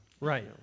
Right